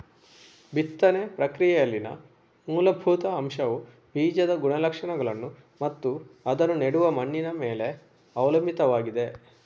ಬಿತ್ತನೆ ಪ್ರಕ್ರಿಯೆಯಲ್ಲಿನ ಮೂಲಭೂತ ಅಂಶವುಬೀಜದ ಗುಣಲಕ್ಷಣಗಳನ್ನು ಮತ್ತು ಅದನ್ನು ನೆಡುವ ಮಣ್ಣಿನ ಮೇಲೆ ಅವಲಂಬಿತವಾಗಿದೆ